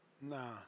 Nah